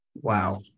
Wow